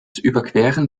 überqueren